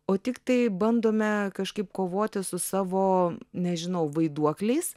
o tiktai bandome kažkaip kovoti su savo nežinau vaiduokliais